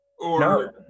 No